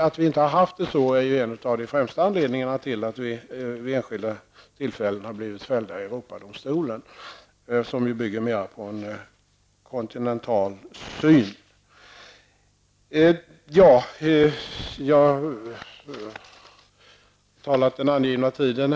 Att vi inte har haft det så är ju en av de främsta anledningarna till att vi vid enskilda tillfällen har blivit fällda i Europadomstolen, som ju bygger på en mer kontinental syn. Jag har nu talat den angivna tiden.